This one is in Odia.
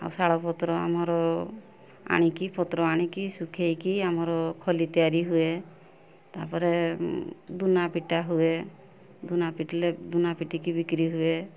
ଆଉ ଶାଳପତ୍ର ଆମର ଆଣିକି ପତ୍ର ଆଣିକି ଶୁଖେଇକି ଆମର ଖଲି ତିଆରି ହୁଏ ତାପରେ ଧୂନା ପିଟା ହୁଏ ଧୂନା ପିଟିଲେ ଧୂନା ପିଟିକି ବିକ୍ରି ହୁଏ